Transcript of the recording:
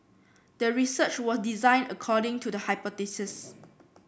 the research was designed according to the hypothesis